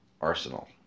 Arsenal